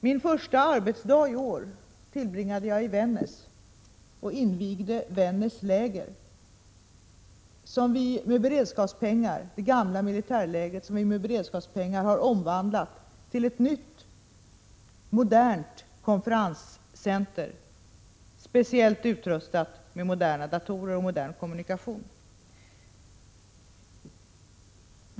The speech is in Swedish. Min första arbetsdag i år tillbringade jag i Vännäs och invigde då Vännäs läger, det gamla militärlägret som vi med beredskapspengar har omvandlat till ett nytt modernt konferenscenter, speciellt utrustat med moderna datorer och modern kommunikation i övrigt.